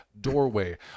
doorway